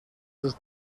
sus